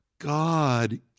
God